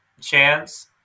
chance